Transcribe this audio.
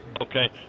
Okay